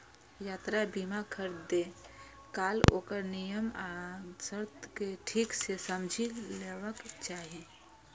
यात्रा बीमा खरीदै काल ओकर नियम आ शर्त कें ठीक सं समझि लेबाक चाही